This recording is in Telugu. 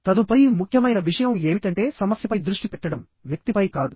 తదుపరి ముఖ్యమైన విషయం ఏమిటంటే సమస్యపై దృష్టి పెట్టడం వ్యక్తిపై కాదు